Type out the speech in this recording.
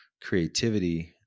creativity